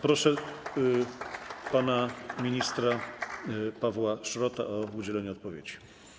Proszę pana ministra Pawła Szrota o udzielenie odpowiedzi.